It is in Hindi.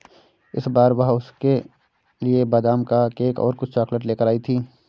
इस बार वह उसके लिए बादाम का केक और कुछ चॉकलेट लेकर आई थी